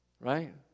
Right